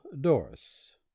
doris